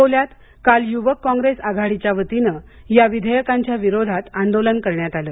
अकोल्यात काल यूवक कॉंग्रेस आघाडीच्या वतीने या विधेयकाच्या विरोधात आंदोलन करण्यात आलं